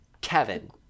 Kevin